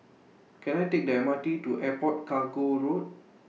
Can I Take The M R T to Airport Cargo Road